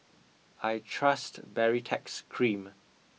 I trust Baritex cream